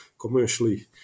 commercially